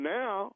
now